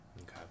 Okay